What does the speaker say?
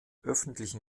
öffentlichen